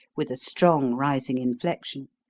with a strong, rising inflection.